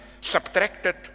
subtracted